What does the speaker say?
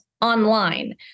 online